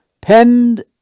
penned